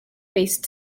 based